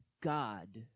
God